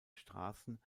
straßen